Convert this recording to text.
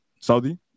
Saudi